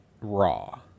Raw